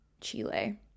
Chile